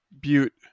butte